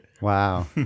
Wow